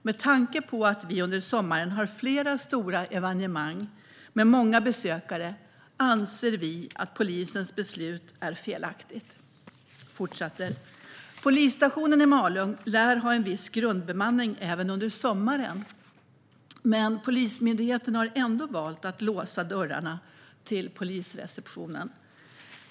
Med tanke på att vi under sommaren har flera stora evenemang med många besökare anser vi att polisens beslut är felaktigt. Han fortsatte: Polisstationen i Malung lär ha en viss grundbemanning även under sommaren, men Polismyndigheten har ändå valt att låsa dörrarna till polisreceptionen.